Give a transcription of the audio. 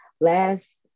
last